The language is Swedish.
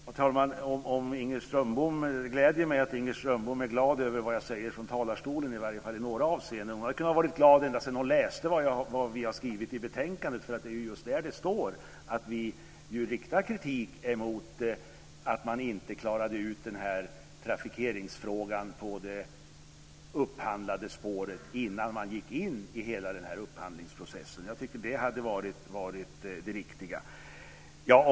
Herr talman! Det gläder mig att Inger Strömbom är glad över det som jag säger från talarstolen, i varje fall i några avseenden. Hon hade kunnat vara glad ända sedan hon läste betänkandet. Det är där som det står att vi riktar kritik mot att man inte klarade ut trafikeringsfrågan när det gällde det upphandlade spåret innan man gick in i upphandlingsprocessen. Det hade varit det riktiga, tycker jag.